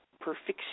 perfection